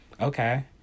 okay